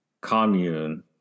commune